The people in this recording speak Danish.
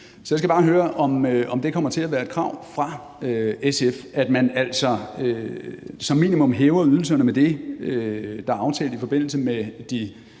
jeg bare høre, om det kommer til at være et krav fra SF, at man som minimum hæver ydelserne med det, der er aftalt i forbindelse med de,